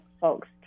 folks